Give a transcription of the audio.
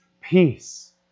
peace